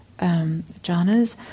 jhanas